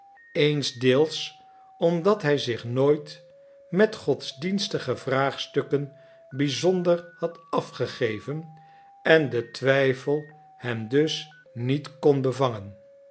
eensdeels omdat hij zich nooit met godsdienstige vraagstukken bizonder had afgegeven en de twijfel hem dus niet kon